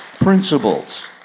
principles